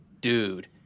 dude